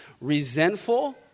resentful